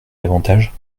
davantage